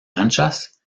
anchas